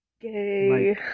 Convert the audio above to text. gay